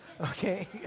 okay